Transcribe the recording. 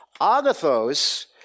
Agathos